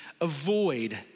avoid